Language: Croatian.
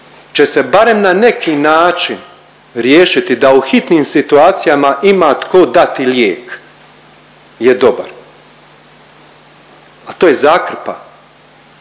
će se barem na neki način riješiti da u hitnim situacijama ima tko dati lijek je dobar, a to je zakrpa,